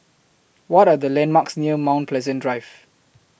What Are The landmarks near Mount Pleasant Drive